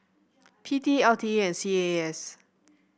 P T L T A and C A A S